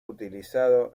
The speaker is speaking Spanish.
utilizado